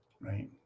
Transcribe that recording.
Right